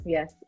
Yes